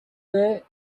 there